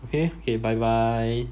okay okay bye bye